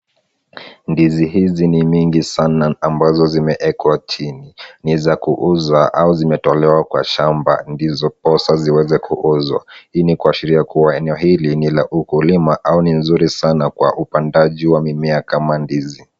Ndizi hizi ni mingi sana ambazo zimeewekwa chini, niza kuuza au zimetolewa kwa shamba ndizopoza ziweze kuuzwa. hii ni kuashiria kua heneo hili nila ukulima ni nzuri sana kwa upandaji mimea kama ndizi.